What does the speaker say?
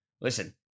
Listen